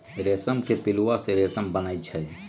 रेशम के पिलुआ से रेशम बनै छै